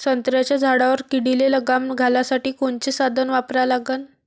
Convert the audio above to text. संत्र्याच्या झाडावर किडीले लगाम घालासाठी कोनचे साधनं वापरा लागन?